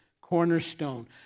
cornerstone